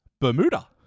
Bermuda